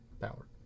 power